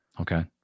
Okay